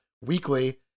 weekly